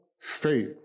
faith